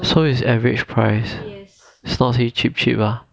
so it's average price so not cheap cheap ah